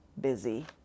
busy